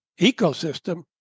ecosystem